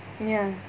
ya